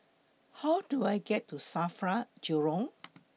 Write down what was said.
How Do I get to SAFRA Jurong